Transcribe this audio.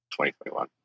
2021